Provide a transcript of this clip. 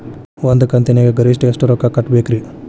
ಒಂದ್ ಕಂತಿನ್ಯಾಗ ಗರಿಷ್ಠ ಎಷ್ಟ ರೊಕ್ಕ ಕಟ್ಟಬೇಕ್ರಿ?